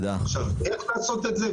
איך לעשות את זה?